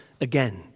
again